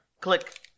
click